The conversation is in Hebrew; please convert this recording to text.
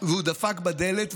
והוא דפק בדלת,